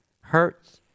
hurts